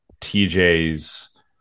TJ's